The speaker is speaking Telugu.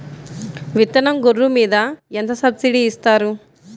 విత్తనం గొర్రు మీద ఎంత సబ్సిడీ ఇస్తారు?